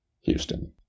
Houston